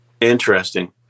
Interesting